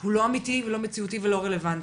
הוא לא אמיתי, לא מציאותי ולא רלוונטי.